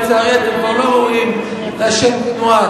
לצערי אתם כבר לא ראויים לשם "תנועה",